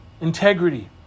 integrity